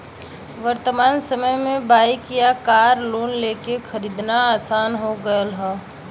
वर्तमान समय में बाइक या कार लोन लेके खरीदना आसान हो गयल हौ